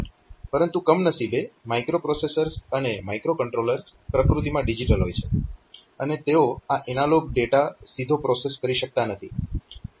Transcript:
પરંતુ કમનસીબે માઇક્રોપ્રોસેસર્સ અને માઇક્રોકન્ટ્રોલર્સ પ્રકૃતિમાં ડિજીટલ હોય છે અને તેઓ આ એનાલોગ ડેટા સીધો પ્રોસેસ કરી શકતા નથી